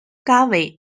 garvey